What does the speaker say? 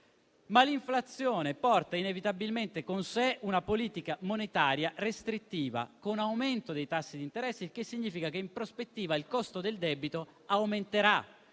L'inflazione però porta inevitabilmente con sé una politica monetaria restrittiva, con aumento dei tassi di interesse. Ciò significa che in prospettiva il costo del debito aumenterà